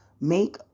make